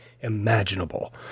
imaginable